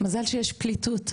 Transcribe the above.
מזל שיש פליטות.